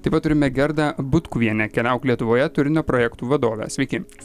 taip pat turime gerdą butkuvienę keliauk lietuvoje turinio projektų vadovę sveiki